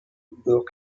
though